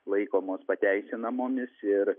laikomos pateisinamomis ir